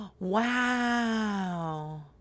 Wow